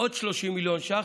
עוד 30 מיליון ש"ח.